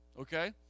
Okay